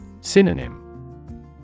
Synonym